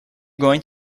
going